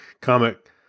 comic